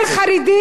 חברת הכנסת יוליה.